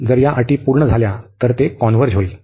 जर या अटी पूर्ण झाल्या तर ते कॉन्व्हर्ज होईल